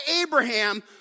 Abraham